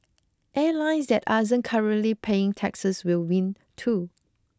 airlines that aren't currently paying taxes will win too